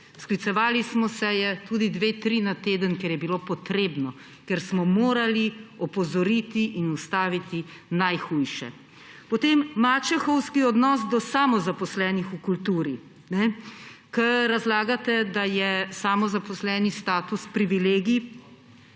Sklicevali smo seje, tudi dve, tri na teden, ker je bilo potrebno, ker smo morali opozoriti in ustaviti najhujše. Potem mačehovski odnos do samozaposlenih v kulturi, ko razlagate, da je samozaposleni status privilegij